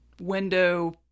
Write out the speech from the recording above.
window